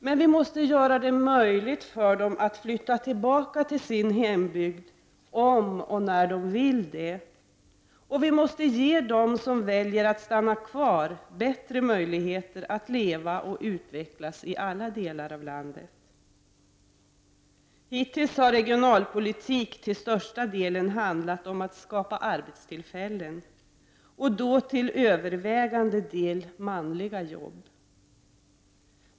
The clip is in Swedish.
Men vi måste göra det möjligt för dem att flytta tillbaka när de vill det, och vi måste i alla delar av landet ge dem som väljer att stanna kvar bättre möjligheter att leva och utvecklas där. Hittills har regionalpolitik till största delen handlat om att skapa arbetstillfällen, och då till övervägande del manliga jobb.